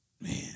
Man